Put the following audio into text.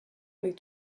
avec